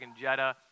Jetta